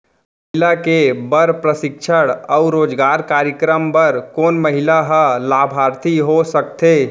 महिला के बर प्रशिक्षण अऊ रोजगार कार्यक्रम बर कोन महिला ह लाभार्थी हो सकथे?